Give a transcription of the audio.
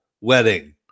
wedding